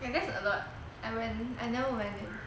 and that's a lot and when I never went leh